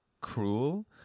cruel